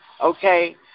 Okay